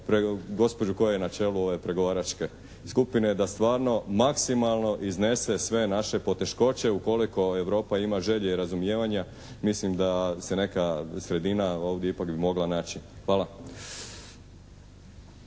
gospođu koja je na čelu ove pregovaračke skupine da stvarno maksimalno iznese sve naše poteškoće ukoliko Europa ima želje i razumijevanja mislim da se neka sredina ovdje ipak bi mogla naći. Hvala.